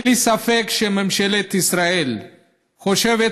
אין לי ספק שממשלת ישראל חושבת,